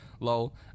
Lol